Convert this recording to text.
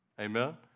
Amen